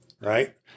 Right